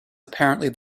apparently